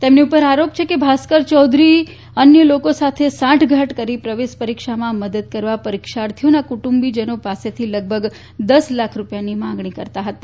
તેમની ઉપર આરોપ છે કે ભાસ્કર ચૌધરી અન્ય લોકો સાથે સાંઠગાંઠ કરી પ્રવેશ પરીક્ષામાં મદદ કરવા માટે પરીક્ષાર્થીના કુટુંબીજનો પાસેથી લગભગ દશ લાખ રૂપિયાની માંગણી કરતા હતા